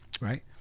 right